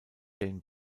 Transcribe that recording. jane